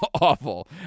awful